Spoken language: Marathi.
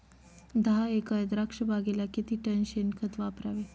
दहा एकर द्राक्षबागेला किती टन शेणखत वापरावे?